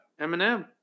Eminem